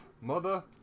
mother